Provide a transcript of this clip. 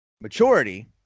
maturity